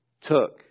took